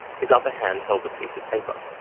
his other hand held the piece of paper.